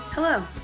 Hello